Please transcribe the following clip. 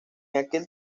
aquel